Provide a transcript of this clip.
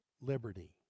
liberty